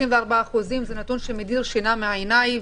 זה נתון שמדיר שינה מעיניי.